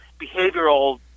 behavioral